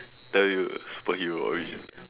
tell you superhero origin